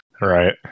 Right